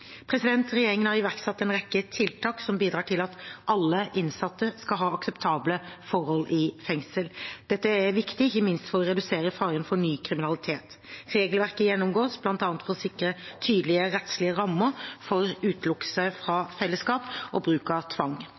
Regjeringen har iverksatt en rekke tiltak som bidrar til at alle innsatte skal ha akseptable forhold i fengsel. Dette er viktig, ikke minst for å redusere faren for ny kriminalitet. Regelverket gjennomgås, bl.a. for å sikre tydelige rettslige rammer for utelukkelse fra fellesskap og bruk av tvang.